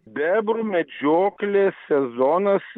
bebrų medžioklės sezonas